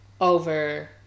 over